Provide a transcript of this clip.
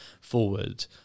forward